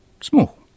small